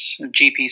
GPs